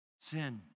sin